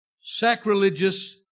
sacrilegious